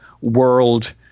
world